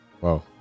Wow